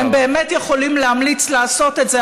הם באמת יכולים להמליץ לעשות את זה,